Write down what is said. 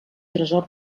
tresor